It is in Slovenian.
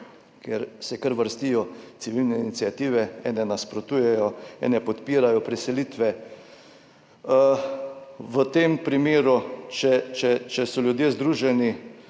kjer se kar vrstijo civilne iniciative, ene nasprotujejo, ene podpirajo preselitve, v tem primeru, če so ljudje združeni